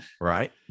Right